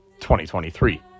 2023